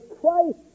Christ